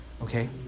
Okay